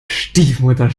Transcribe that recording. stiefmutter